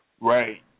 Right